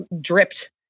dripped